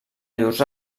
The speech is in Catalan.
llurs